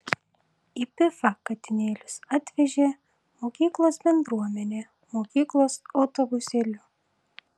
į pifą katinėlius atvežė mokyklos bendruomenė mokyklos autobusėliu